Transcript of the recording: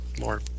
more